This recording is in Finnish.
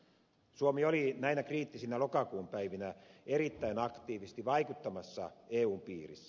suomi oli näinä kriittisinä lokakuun päivinä erittäin aktiivisesti vaikuttamassa eun piirissä